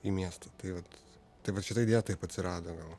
į miestą tai vat tai vat šita idėja taip atsirado gal